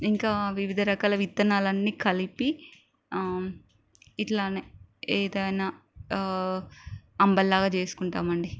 ఇంకా వివిధ రకాల విత్తనాలన్నీ కలిపి ఇట్లానే ఏదైనా అంబలిలాగా చేసుకుంటామండి